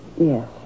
Yes